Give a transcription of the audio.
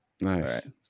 nice